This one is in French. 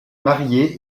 marié